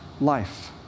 life